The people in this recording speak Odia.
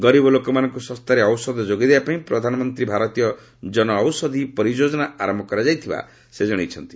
ଗରିବ ଲୋକମାନଙ୍କୁ ଶସ୍ତାରେ ଔଷଧ ଯୋଗାଇ ଦେବା ପାଇଁ ପ୍ରଧାନମନ୍ତ୍ରୀ ଭାରତୀୟ ଜନଔଷଧୀ ପରି ଯୋଜନା ଆରମ୍ଭ କରାଯାଇଥିବା ସେ ଜଣେଇଛନ୍ତି